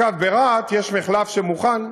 אגב, ברהט יש מחלף שמוכן,